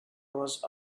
was